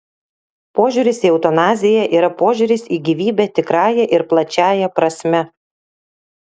požiūris į eutanaziją yra požiūris į gyvybę tikrąja ir plačiąja prasme